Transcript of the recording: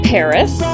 Paris